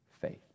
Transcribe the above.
faith